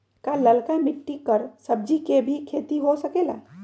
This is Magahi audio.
का लालका मिट्टी कर सब्जी के भी खेती हो सकेला?